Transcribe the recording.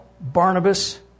Barnabas